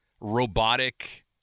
robotic